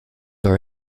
are